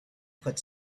put